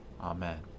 Amen